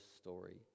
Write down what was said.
story